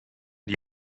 die